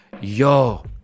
Yo